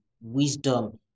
wisdom